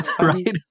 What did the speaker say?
right